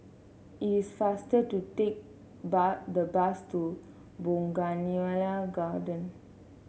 it is faster to take the bus to Bougainvillea Garden